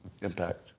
impact